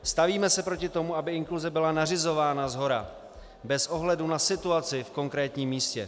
Stavíme se proti tomu, aby inkluze byla nařizována shora bez ohledu na situaci v konkrétním místě.